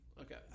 Okay